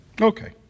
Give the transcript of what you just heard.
okay